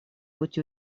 быть